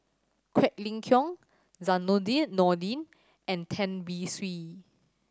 Quek Ling Kiong Zainudin Nordin and Tan Beng Swee